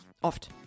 Oft